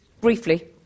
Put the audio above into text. Briefly